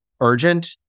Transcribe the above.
urgent